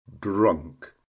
drunk